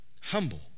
humble